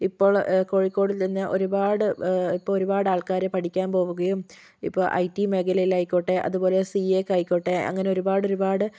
ഇപ്പോള് കോഴിക്കോടില് തന്നെ ഒരുപാട് ഇപ്പോൾ ഒരുപാട് ആള്ക്കാർ പഠിക്കാന് പോകുകയും ഇപ്പോൾ ഐ ടി മേഖലയിലായിക്കോട്ടെ അതുപോലെ സി എക്ക് ആക്കുകയായിക്കോട്ടെ അങ്ങനെ ഒരുപാടൊരുപാട്